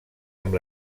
amb